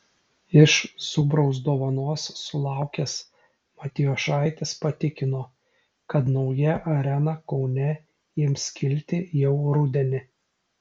iš zubraus dovanos sulaukęs matijošaitis patikino kad nauja arena kaune ims kilti jau rudenį